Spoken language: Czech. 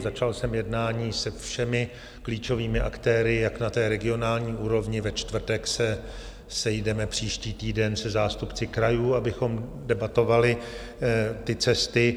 Začal jsem jednání se všemi klíčovými aktéry jak na regionální úrovni ve čtvrtek se sejdeme příští týden se zástupci krajů, abychom debatovali ty cesty.